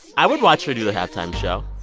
i would watch her do the halftime show.